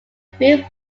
bill